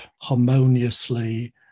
harmoniously